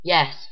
Yes